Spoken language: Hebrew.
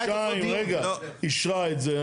--- לפני חודשיים, רגע, אישרה את זה.